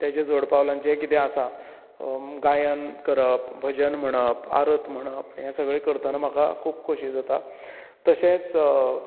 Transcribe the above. तेजे जोडपालवान जे कितें आसा गायन करप भजन म्हणप आरत म्हणप हे सगळें करतना म्हाका खूब खोशी जाता